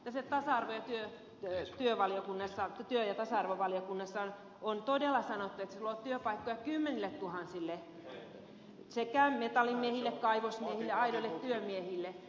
toiset taas arveli welles jo työ ja tasa arvovaliokunnassa on todella sanottu että se luo työpaikkoja kymmenilletuhansille metallimiehille kaivosmiehille aidoille työmiehille